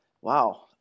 Wow